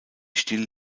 still